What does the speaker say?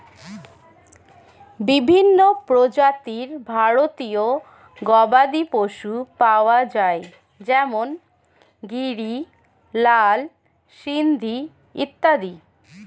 বিভিন্ন প্রজাতির ভারতীয় গবাদি পশু পাওয়া যায় যেমন গিরি, লাল সিন্ধি ইত্যাদি